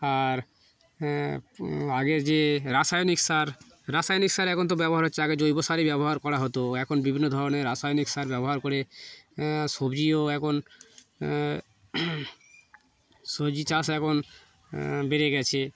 আর আগের যে রাসায়নিক সার রাসায়নিক সার এখন তো ব্যবহার হচ্ছে আগে জৈব সারই ব্যবহার করা হতো এখন বিভিন্ন ধরনের রাসায়নিক সার ব্যবহার করে সবজিও এখন সবজি চাষ এখন বেড়ে গিয়েছে